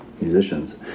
musicians